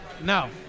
No